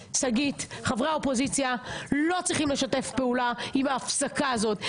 חברי האופוזיציה לא צריכים לשתף פעולה עם ההפסקה הזאת.